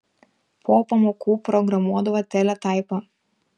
po pamokų programuodavo teletaipą